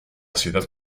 ciudad